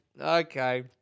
Okay